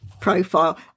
profile